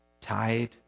tied